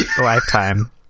lifetime